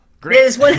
great